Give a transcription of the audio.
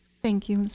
thank you, mrs.